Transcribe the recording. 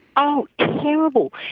oh terrible.